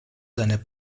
seiner